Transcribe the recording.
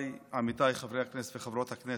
חבריי-עמיתיי חברי הכנסת וחברות הכנסת,